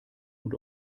und